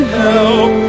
help